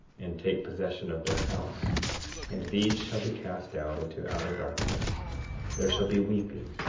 and take possession of their house and these shall be cast out into outer darkness there shall be weeping,